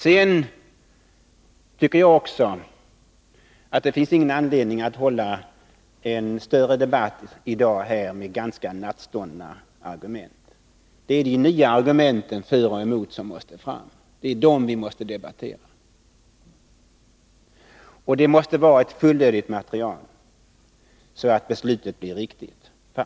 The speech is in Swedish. Så tycker jag också att det inte finns någon anledning att hålla en större debatt här i dag med ganska nattståndna argument. Det är de nya argumenten för och emot som måste fram, det är dem vi måste debattera. Det måste finnas ett fullödigt material, så att beslutet blir riktigt.